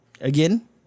again